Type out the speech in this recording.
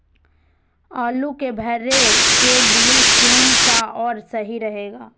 आलू के भरे के लिए केन सा और सही रहेगा?